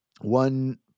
one